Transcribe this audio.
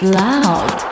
loud